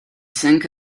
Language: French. cinq